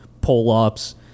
pull-ups